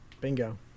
bingo